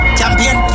champion